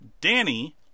Danny